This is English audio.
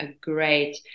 great